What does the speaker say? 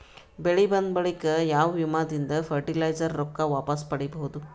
ಬೆಳಿ ಬಂದ ಬಳಿಕ ಯಾವ ವಿಮಾ ದಿಂದ ಫರಟಿಲೈಜರ ರೊಕ್ಕ ವಾಪಸ್ ಪಡಿಬಹುದು?